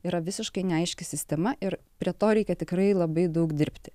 yra visiškai neaiški sistema ir prie to reikia tikrai labai daug dirbti